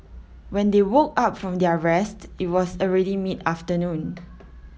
when they woke up from their rest it was already mid afternoon